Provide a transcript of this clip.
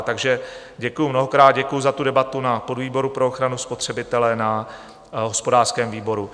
Takže děkuju mnohokrát, děkuju za debatu na podvýboru pro ochranu spotřebitele, na hospodářském výboru.